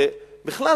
ובכלל,